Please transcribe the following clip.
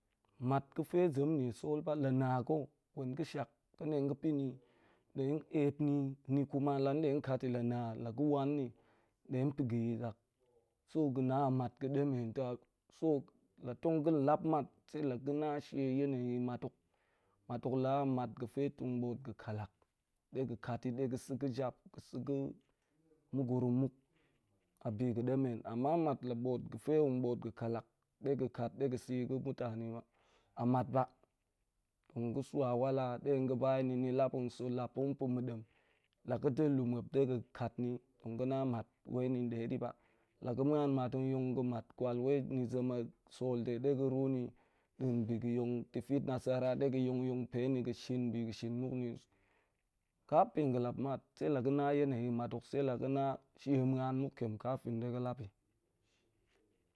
Mat ga̱fe zem a zem niesol ba la̱ na ga̱ gwen ga̱shak gu nde ga̱shak tong ga̱ ep ni kuma la'nde tong kat la̱ ga̱ wan tong ep luu ta̱ nkong ga̱ la̱ wan ga ni tong pa̱ ga̱ de gu hot nkong suki, so la tong ga̱n lap mat, sai la̱ ga̱ na shie yanayi mat hok mat hok, la a mat ga̱te tong bo'ot ga̱ kalak de ga̱ kati ɗe ga̱ kat bi ga̱ tong sa̱ muep i nda̱ yap, a bi ga̱ demen amma mat ga̱ fe nbo'ot ga̱ kalak de ga̱ sa̱i ga̱ mutane ba a mat ba. Tong ga̱ swa wala de ga̱ bayini de gu tong ga̱ na mat wel ni, la̱ ga̱ muan mat nyong ga̱, mat kwal wel ni zem a sol de gu bu ruuni nbiga̱ yong bi kwal, i ga̱ yong pe. Ka pin ga̱ lap mat, sai la̱ ga̱ na yene yi mat hok la̱ ga̱ na shie muan muk ntiem, kafin de ga̱ lap i.